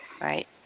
Right